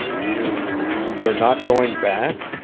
you you're not going back?